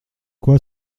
quoi